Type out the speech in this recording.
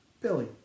Billy